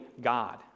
God